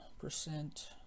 percent